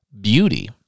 beauty